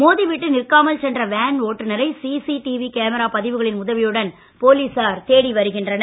மோதி விட்டு நிற்காமல் சென்ற வேன் ஓட்டுனரை சிசிடிவி கேமரா பதிவுகளின் உதவியுடன் போலீசார் தேடி வருகின்றனர்